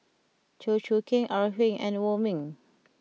Chew Choo Keng Ore Huiying and Wong Ming